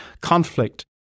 conflict